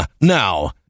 Now